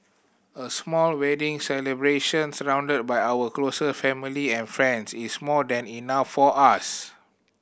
a small wedding celebration surrounded by our closest family and friends is more than enough for us